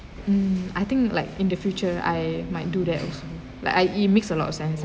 mm I think like in the future I might do that also like I it makes a lot of sense lah